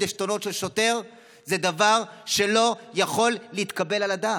עשתונות של שוטר זה דבר שלא יכול להתקבל על הדעת.